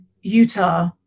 Utah